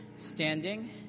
Standing